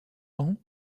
ans